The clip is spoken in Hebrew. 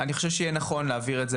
אני חושב שיהיה נכון להעביר את זה,